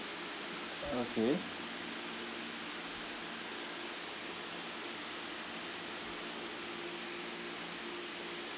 okay